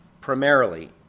primarily